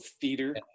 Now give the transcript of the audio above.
Theater